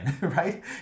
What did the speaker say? right